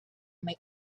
make